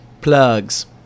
Plugs